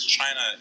China